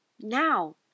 Now